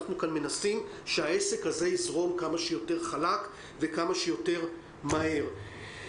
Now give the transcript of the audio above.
אנחנו מנסים שהעסק יזרום כמה שיותר חלק וכמה שיותר מהר.